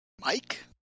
Mike